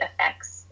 effects